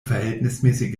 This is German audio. verhältnismäßig